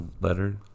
letter